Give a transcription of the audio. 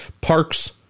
Parks